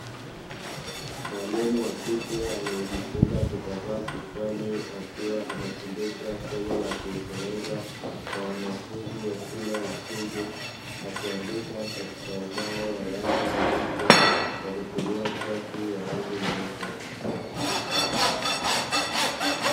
Mwalimu wa kike aliejifunga kitambaa kichwani, akiwa anafundisha somo la kiingereza kwa wanafunzi wa shule ya msingi, akiandika katika ubao wa rangi nyeusi kwa kutumia chaki ya rangi nyeupe.